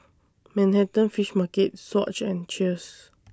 Manhattan Fish Market Swatch and Cheers